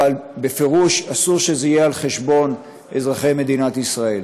אבל בפירוש אסור שזה יהיה על חשבון אזרחי מדינת ישראל.